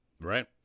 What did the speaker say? Right